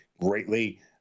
greatly